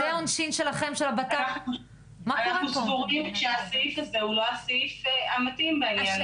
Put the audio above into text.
אנחנו סבורים שהסעיף הזה הוא לא הסעיף המתאים בעניין הזה.